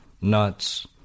nuts